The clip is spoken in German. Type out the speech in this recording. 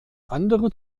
andere